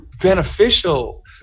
beneficial